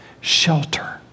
Shelter